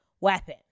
weapon